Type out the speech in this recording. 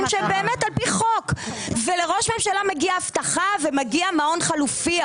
שהם באמת על פי חוק ולראש ממשלה מגיע אבטחה ומגיע מעון חלופי,